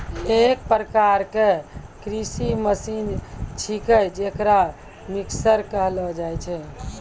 एक प्रकार क कृषि मसीने छिकै जेकरा मिक्सर कहलो जाय छै